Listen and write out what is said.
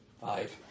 five